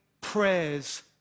prayers